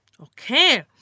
Okay